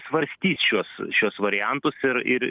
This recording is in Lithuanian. svarstys šiuos šiuos variantus ir ir